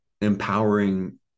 empowering